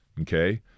okay